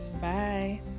Bye